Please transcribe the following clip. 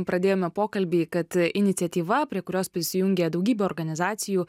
pradėjome pokalbį kad iniciatyva prie kurios prisijungė daugybė organizacijų